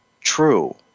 true